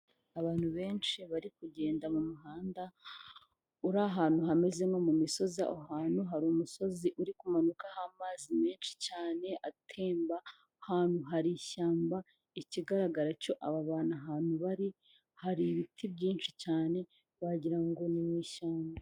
Abantu benshi bari kugenda mu muhanda uri ahantu hameze nko mu misozi, aho hantu hari umusozi uri kumanukaho amazi menshi cyane atemba, aha hantu hari ishyamba, ikigaragara cyo aba bantu ahantu bari hari ibiti byinshi cyane wagira ngo ni mu ishyamba.